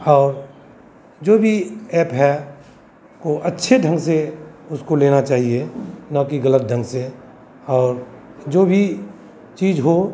और जो भी ऐप है को अच्छे ढंग से उसको लेना चाहिए न कि गलत ढंग से और जो भी चीज़ हो